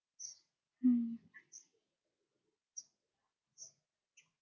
hmm